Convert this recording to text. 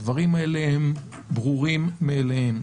הדברים האלה הם ברורים מאליהם.